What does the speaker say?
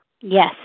Yes